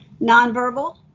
nonverbal